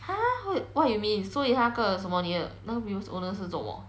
!huh! wh~ what you mean 所以那个什么你的 previous owner 是做什么